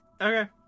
Okay